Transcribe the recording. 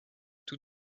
tout